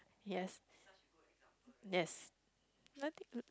yes there's nothing